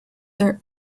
their